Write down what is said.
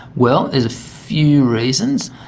well, there's a few reasons.